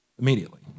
immediately